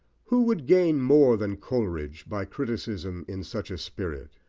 who would gain more than coleridge by criticism in such a spirit?